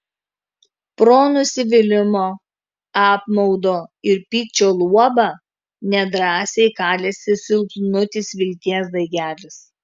pro nusivylimo apmaudo ir pykčio luobą nedrąsiai kalėsi silpnutis vilties daigelis